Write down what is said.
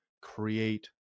create